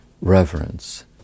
reverence